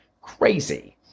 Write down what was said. crazy